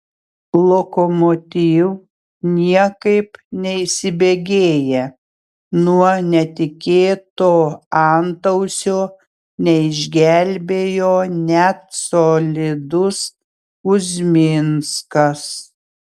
lokomotiv niekaip neįsibėgėja nuo netikėto antausio neišgelbėjo net solidus kuzminskas